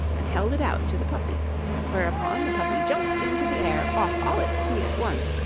and held it out to the puppy whereupon the puppy jumped into the air off all its feet at once,